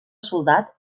soldat